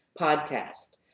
podcast